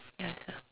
ya ya